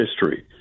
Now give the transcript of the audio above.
history